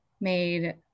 made